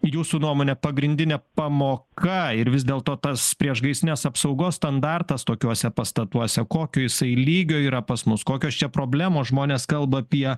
jūsų nuomone pagrindinė pamoka ir vis dėlto tas priešgaisrinės apsaugos standartas tokiuose pastatuose kokio jisai lygio yra pas mus kokios čia problemos žmonės kalba apie